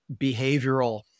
behavioral